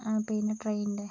അഹ് പിന്നെ ട്രെയിൻറ്റെ